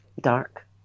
dark